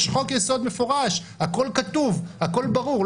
יש חוק יסוד מפורש, הכל כתוב, הכל ברור.